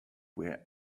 were